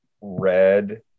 red